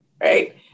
right